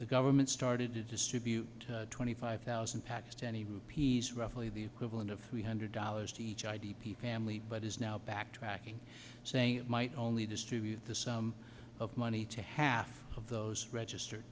the government started to distribute twenty five thousand pakistani rupees roughly the equivalent of three hundred dollars to each id people family but is now backtracking saying it might only distribute the sum of money to half of those registered